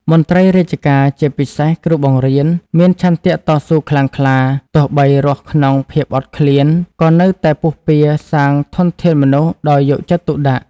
មន្ត្រីរាជការ ជាពិសេសគ្រូបង្រៀន មានឆន្ទៈតស៊ូខ្លាំងក្លា ទោះបីរស់ក្នុងភាពអត់ឃ្លាន ក៏នៅតែពុះពារសាងធនធានមនុស្សដោយយកចិត្តទុកដាក់។